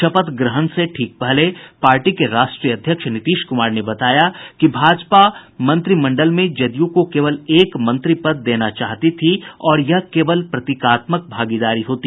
शपथ ग्रहण से ठीक पहले पार्टी के राष्ट्रीय अध्यक्ष नीतीश कुमार ने बताया कि भाजपा मंत्रिमंडल में जदयू को केवल एक मंत्री पद देना चाहती थी और यह केवल प्रतीकात्मक भागीदारी होती